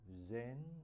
Zen